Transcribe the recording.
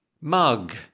mug